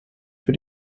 für